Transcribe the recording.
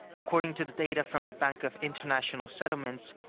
according to the data from the bank of international settlements,